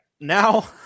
Now